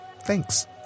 Thanks